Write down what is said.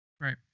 Right